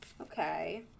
okay